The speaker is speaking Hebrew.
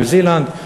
ניו-זילנד.